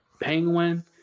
Penguin